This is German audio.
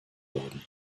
worden